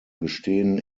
bestehen